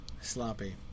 Sloppy